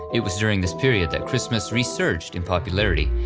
it was during this period that christmas re-surged in popularity,